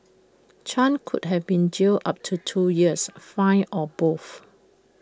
chan could have been jailed up to two years fined or both